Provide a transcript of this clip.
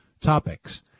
topics